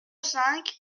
cinq